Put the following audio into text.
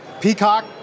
Peacock